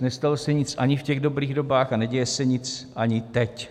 Nestalo se nic ani v těch dobrých dobách a neděje se nic ani teď.